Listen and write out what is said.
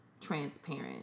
transparent